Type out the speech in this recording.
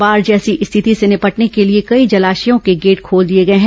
बाढ़ जैसी स्थिति से निपटने के लिए कई जलाशयों के गेट खोल दिए गए हैं